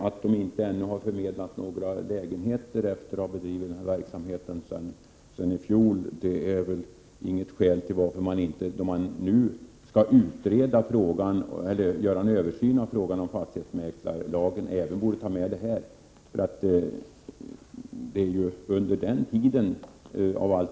Att SBC ännu inte har förmedlat några lägenheter, efter att ha bedrivit denna verksamhet sedan i fjol, är väl inget skäl till att man nu, då man skall göra en översyn av lagen om fastighetsmäklare, inte skall ta med denna aspekt i utredningsarbetet.